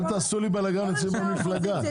אל תעשו לי בלגאן אצלנו במפלגה...